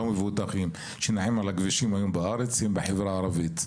מבוטחים שנעים על הכבישים היום בארץ הם בחברה הערבית.